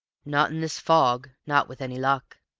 not in this fog not with any luck.